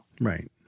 Right